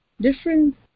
different